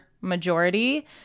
majority